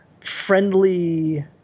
friendly –